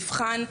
מבחן,